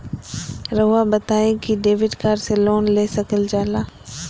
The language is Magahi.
रहुआ बताइं कि डेबिट कार्ड से लोन ले सकल जाला?